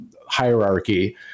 hierarchy